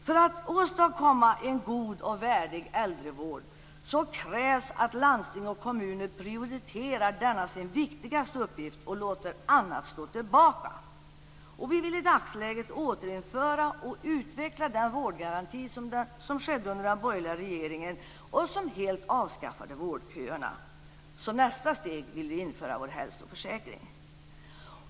För att åstadkomma en god och värdig äldrevård krävs att landsting och kommuner prioriterar denna sin viktigaste uppgift och låter annat stå tillbaka. Vi vill i dagsläget återinföra och utveckla den vårdgaranti som infördes under den borgerliga regeringen och som helt avskaffade vårdköerna. Som nästa steg vill vi införa vår hälsoförsäkring.